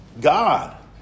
God